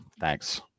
Thanks